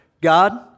God